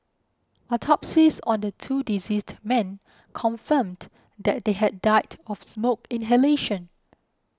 autopsies on the two deceased men confirmed that they had died of smoke inhalation